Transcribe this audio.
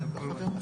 מאה אחוז, נגד.